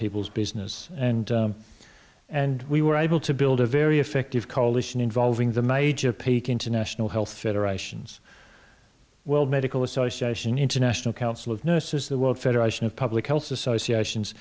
people's business and and we were able to build a very effective coalition involving the major peak international health federations world medical association international council of nurses the world federation of public health associations